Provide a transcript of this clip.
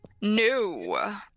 No